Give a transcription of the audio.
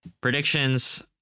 Predictions